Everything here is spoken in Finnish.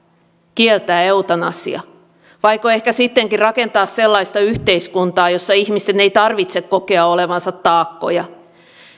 kieltää eutanasia vaiko ehkä sittenkin rakentaa sellaista yhteiskuntaa jossa ihmisten ei tarvitse kokea olevansa taakkoja